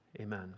Amen